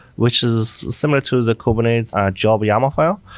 which is similar to the kubernetes java yaml file,